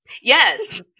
Yes